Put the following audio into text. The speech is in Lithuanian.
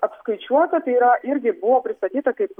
apskaičiuota tai yra irgi buvo pristatyta kaip